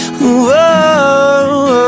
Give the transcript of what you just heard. Whoa